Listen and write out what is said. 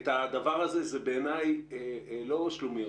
הדבר הזה בעיניי הוא לא שלומיאליות.